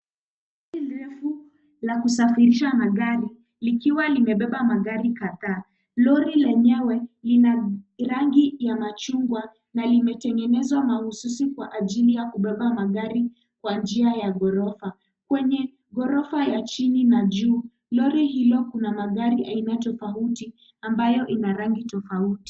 Gari refu la kusafirisha magari likiwa limebeba magari kadhaa, lori lenyewe ni la rangi ya machungwa na limetengenzwa mahususi kwa ajili ya kubeba magari kwa njia ya ghorofa. Kwenye ghorofa ya chini na ju lori hilo kuna magari aina tofauti ambayo ina rangi tofauti.